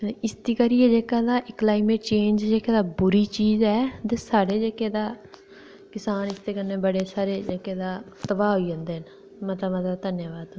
ते इसदी करियै जेह्का तां क्लाईमेट चेंज़ जेह्का तां बुरी चीज़ ऐ ते साढ़े जेह्के तां किसान इसदे कन्नै बड़े सारे जेह्के तां तबाह होई जंदे न मता मता धन्यबाद तुंदा